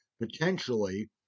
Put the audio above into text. potentially